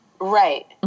Right